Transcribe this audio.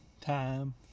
time